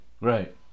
right